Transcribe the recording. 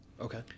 Okay